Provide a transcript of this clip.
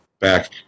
back